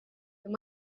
they